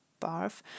barf